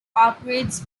operates